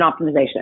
optimization